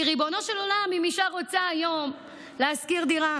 כי ריבונו של עולם, אם אישה רוצה היום לשכור דירה,